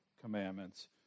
commandments